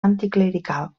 anticlerical